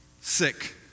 sick